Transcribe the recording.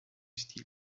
style